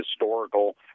historical